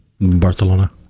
Barcelona